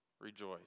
rejoice